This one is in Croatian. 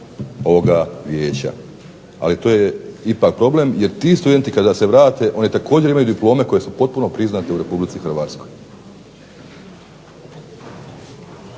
ovoga vijeća. Ali to je ipak problem jer ti studenti kada se vrate oni također imaju diplome koje su potpuno priznate u Republici Hrvatskoj.